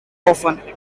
often